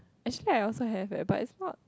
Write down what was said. actually I also have leh but it's not